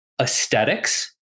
aesthetics